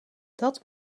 dat